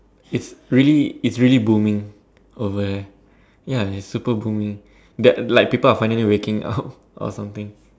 it's really it's really booming over there ya it's super booming that like people are finally waking up or something